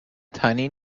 tiny